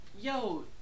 yo